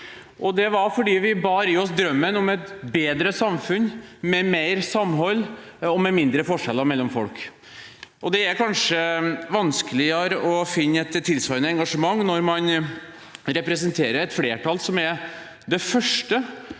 Det var fordi vi bar i oss drømmen om et bedre samfunn med mer samhold og med mindre forskjeller mellom folk. Det er kanskje vanskeligere å finne et tilsvarende engasjement når man representerer et flertall som er det første